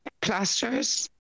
plasters